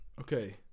Okay